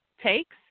takes